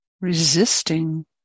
Resisting